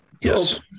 Yes